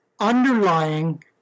underlying